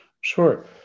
Sure